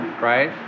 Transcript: right